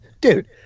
dude